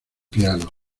piano